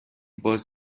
باز